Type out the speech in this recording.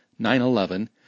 9-11